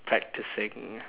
practicing